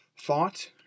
thought